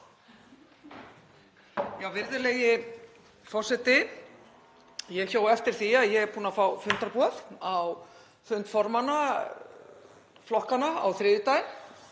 Virðulegi forseti. Ég hjó eftir því að ég er búin að fá fundarboð á fund formanna flokkanna á þriðjudag